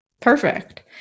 Perfect